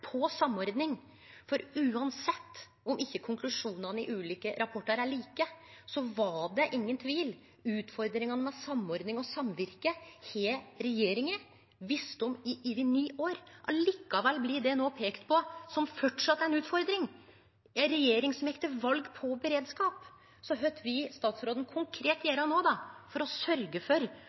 samordning? For uansett om konklusjonane i ulike rapportar ikkje er like, var det ingen tvil. Utfordringane med samordning og samvirke har regjeringa visst om i over ni år. Likevel blir det no peika på som framleis ei utfordring – ei regjering som gjekk til val på beredskap. Så kva vil statsråden konkret gjere no for å sørgje for